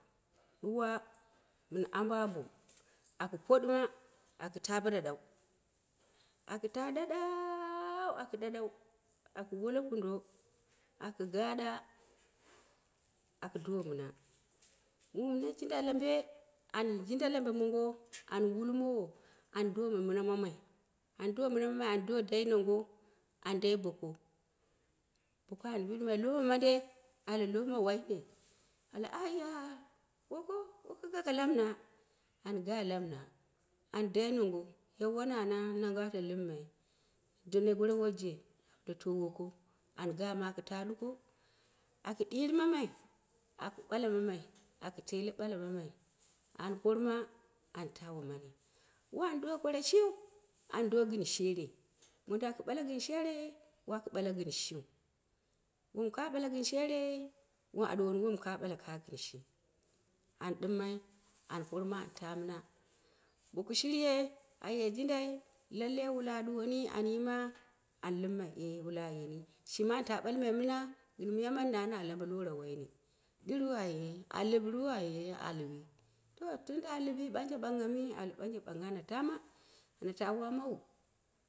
Ɗuwa mɨn aba abo, aka poɗuma ta bo ɗa ɗau, aka ta ɗa ɗa- yau, aliɨ ɗaɗan, aku wolo pundo, aku gaɗa, aku do mɨ na, mumu na jinde labe an tinda labe mongo, an yulmowo, an doma mɨna mammai, ando mɨna mamai an do dai nongo, an dai boko, boko an bɨɗima lo ma mandai? Ale loma waine, ale ai- ya- yollo yoko gako lamɨna, anga lamɨna, an dai nongo, yau wa nana nongo ata lɨmmai, dono goro wojje, to woko, an gama aku ta ɗuko, aku ɗiri mamai, aku ɓala mamai akɨ tele ɓala mamai, an porma anta woma ni wan koro shiu, ando gɨn sherei, modɨn aku ɓala gɨn sherei, waku ɓala gɨn shju, wom ka bala gɨn sherei, a ɗuwan won ka ɓala ka gin shi, an ɗɨmmai an porma an ta mɨna, boku shirye, aye jrindai, lallei wula a ɗuwoni an yima an lɨmmai e wwa ayeni, shima anta ɓalmai mɨna gn miya moni nan na labe lova waine, ɗiru ai e a lipru? An e a luwi, to tunda a lumci ɓanje ɓongha mi? Ale banje ɓangom ana tama ana ta wamu.